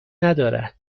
ندارد